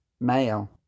male